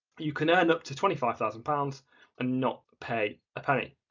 you can earn up to twenty five thousand pounds and not pay a penny.